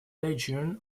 legion